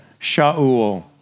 Shaul